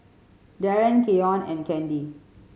Darron Keyon and Candy